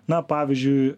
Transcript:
na pavyzdžiui